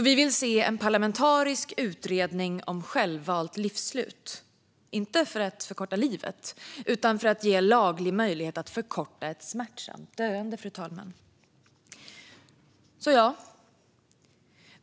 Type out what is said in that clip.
Vi vill se en parlamentarisk utredning om självvalt livsslut, inte för att förkorta livet utan för att ge laglig möjlighet att förkorta ett smärtsamt döende.